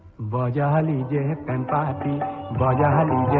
da da da and da da da da